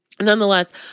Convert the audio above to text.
nonetheless